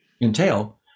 entail